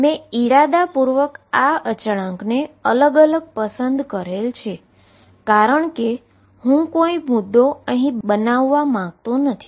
મેં ઇરાદાપૂર્વક આ કોન્સટન્ટને અલગ પસંદ કરેલ છે કારણ કે હું કોઈ મુદ્દો બનાવવા માંગતો નથી